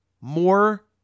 more